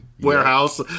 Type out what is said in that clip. warehouse